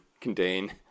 contain